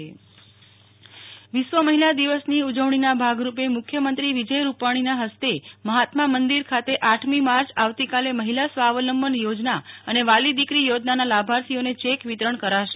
નેહલ ઠક્કર મુ ખ્યમંત્રી વિશ્વ મહિલા દિન વિશ્વમહિલા દિવસની ઉજવણીના ભાગરૂપે મુખ્યમંત્રી વિજય રૂપાણીના હ્સ્તે મહાત્મા મંદિર ખાતે આઠમી માર્ચ આવતીકાલે મહિલા સ્વાવલંબન યોજના અને વ્હાલી દિકરી યોજનાના લાભાર્થીઓને ચેકવિતરણ કરાશે